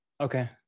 Okay